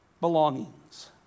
belongings